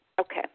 Okay